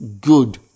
good